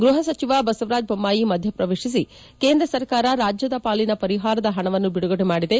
ಗೃಹ ಸಚಿವ ಬಸವರಾಜ್ ಬೊಮ್ಲಯಿ ಮಧ್ಯ ಪ್ರವೇಶಿಸಿ ಕೇಂದ್ರ ಸರ್ಕಾರ ರಾಜ್ಯದ ಪಾಲಿನ ಪರಿಹಾರದ ಹಣವನ್ನು ಬಿಡುಗಡೆ ಮಾಡಿದೆ